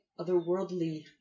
otherworldly